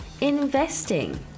investing